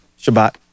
Shabbat